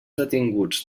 detinguts